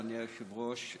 אדוני היושב-ראש,